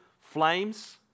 flames